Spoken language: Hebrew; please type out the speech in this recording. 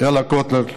אלה קוטליאר,